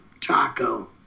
taco